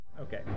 Okay